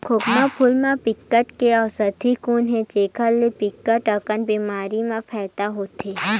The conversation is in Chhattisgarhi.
खोखमा फूल म बिकट के अउसधी गुन हे जेखर ले बिकट अकन बेमारी म फायदा होथे